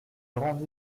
rendez